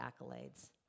accolades